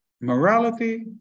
morality